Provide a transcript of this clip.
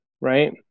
right